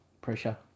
pressure